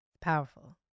Powerful